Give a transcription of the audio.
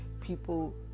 people